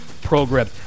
program